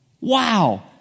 Wow